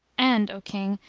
and, o king,